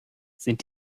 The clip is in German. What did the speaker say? sind